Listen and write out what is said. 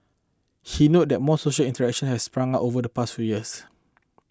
he note that more social initiation has sprung up over the past few years